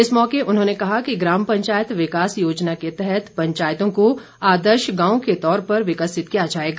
इस मौके उन्होंने कहा कि ग्राम पंचायत विकास योजना के तहत पंचायतों को आदर्श गांव के तौर पर विकसित किया जाएगा